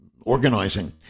organizing